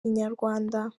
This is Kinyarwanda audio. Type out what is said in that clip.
inyarwanda